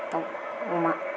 दाउ अमा